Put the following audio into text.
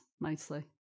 mostly